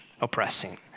oppressing